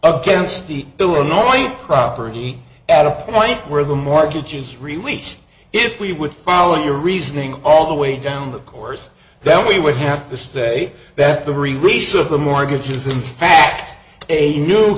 once the illinois property at a point where the mortgage is released if we would follow your reasoning all the way down the course that we would have to say that the release of the mortgages in fact a new